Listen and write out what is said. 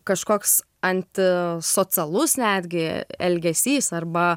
kažkoks antisocialus netgi elgesys arba